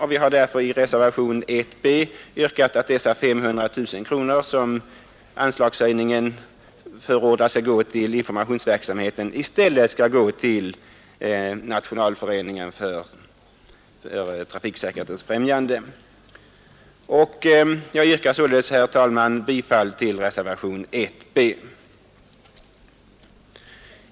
Vi har därför i reservationen 1 b yrkat att dessa 500 000 kronor i stället skall gå till Nationalföreningen för trafiksäkerhetens främjande. Jag yrkar således, herr talman, bifall till reservationen 1 b.